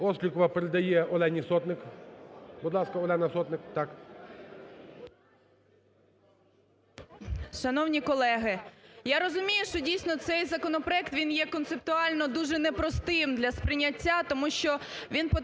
Острікова передає Олені Сотник. Будь ласка, Олена Сотник, так. 13:53:31 СОТНИК О.С. Шановні колеги, я розумію, що дійсно цей законопроект він є концептуально дуже не простим для сприйняття. Тому що він потребує